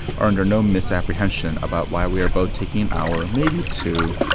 are under no misapprehension about why we are both taking an hour, maybe two,